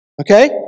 Okay